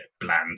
bland